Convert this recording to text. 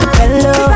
hello